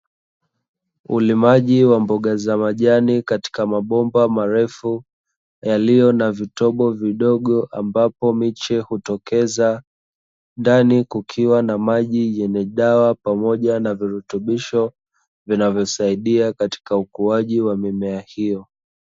Ulimaji wa mboga za majani katika mabomba marefu yaliyo na vitobo vidogo ambapo miche hutokeza, ndani kukiwa na maji yenye dawa pamoja na virutubisho vinavyosaidia katika ukuaji wa mimea hiyo.